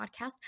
podcast